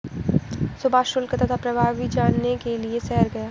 सुभाष शुल्क तथा प्रभावी जानने के लिए शहर गया